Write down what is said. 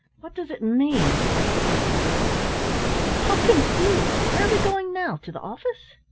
what does it mean? asked the puzzled girl. i'm so confused where are we going now? to the office?